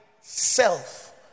self